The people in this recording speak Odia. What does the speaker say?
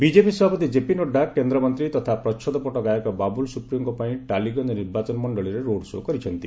ବିଜେପି ସଭାପତି ଜେପି ନଡ୍ଡା କେନ୍ଦ୍ରମନ୍ତ୍ରୀ ତଥା ପ୍ରଚ୍ଛଦପଟ୍ଟ ଗାୟକ ବାବୁଲ ସୁପ୍ରିୟୋଙ୍କ ପାଇଁ ଟାଲିଗଞ୍ଜ ନିର୍ବାଚନ ମଣ୍ଡଳୀରେ ରୋଡ୍ଶୋ କରିଛନ୍ତି